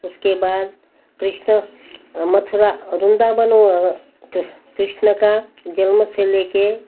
उसके बाद कृष्णा मथुरा वृन्दावन कृष्णा का जन्म से लेकर